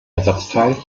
ersatzteil